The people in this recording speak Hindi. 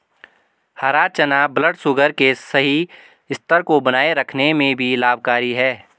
हरा चना ब्लडशुगर के सही स्तर को बनाए रखने में भी लाभकारी है